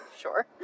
sure